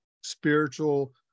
spiritual